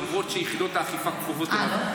למרות שיחידות האכיפה כפופות אליו.